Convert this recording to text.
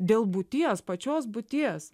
dėl būties pačios būties